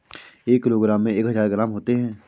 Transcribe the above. एक किलोग्राम में एक हजार ग्राम होते हैं